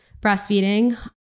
breastfeeding